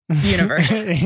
universe